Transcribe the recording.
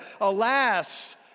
Alas